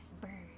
Bird